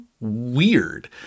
weird